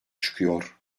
çıkıyor